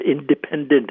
independent